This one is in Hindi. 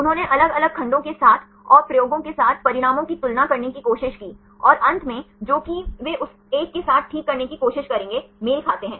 उन्होंने अलग अलग खंडों के साथ और प्रयोगों के साथ परिणामों की तुलना करने की कोशिश की और अंत में जो कि वे उस एक के साथ ठीक करने की कोशिश करेंगे मेल खाते हैं